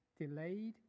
delayed